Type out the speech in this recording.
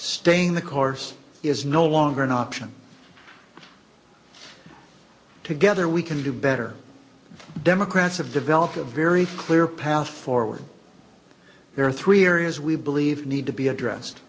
staying the course is no longer an option together we can do better the democrats have developed a very clear path forward there are three areas we believe need to be addressed